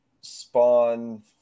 Spawn